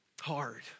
hard